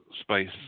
space